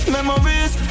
Memories